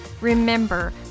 Remember